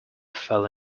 fell